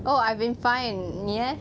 oh I've been fine 你嘞